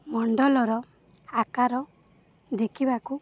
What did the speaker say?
ମଣ୍ଡଳର ଆକାର ଦେଖିବାକୁ